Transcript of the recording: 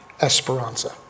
Esperanza